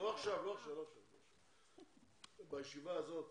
בישיבה הזאת,